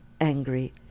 angry